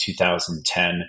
2010